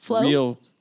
real